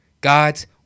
God's